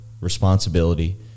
responsibility